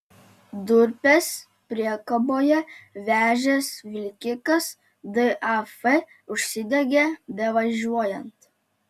durpes priekaboje vežęs vilkikas daf užsidegė bevažiuojant